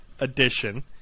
edition